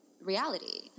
reality